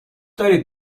دارید